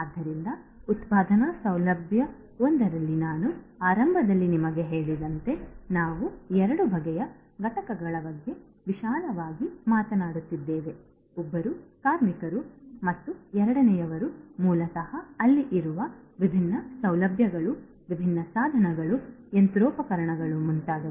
ಆದ್ದರಿಂದ ಉತ್ಪಾದನಾ ಸೌಲಭ್ಯವೊಂದರಲ್ಲಿ ನಾನು ಆರಂಭದಲ್ಲಿ ನಿಮಗೆ ಹೇಳಿದಂತೆ ನಾವು 2 ಬಗೆಯ ಘಟಕಗಳ ಬಗ್ಗೆ ವಿಶಾಲವಾಗಿ ಮಾತನಾಡುತ್ತಿದ್ದೇವೆ ಒಬ್ಬರು ಕಾರ್ಮಿಕರು ಮತ್ತು ಎರಡನೆಯವರು ಮೂಲತಃ ಅಲ್ಲಿರುವ ವಿಭಿನ್ನ ಸೌಲಭ್ಯಗಳು ವಿಭಿನ್ನ ಸಾಧನಗಳು ಯಂತ್ರೋಪಕರಣಗಳು ಮತ್ತು ಮುಂತಾದವು